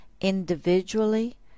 individually